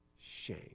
shame